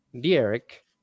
Derek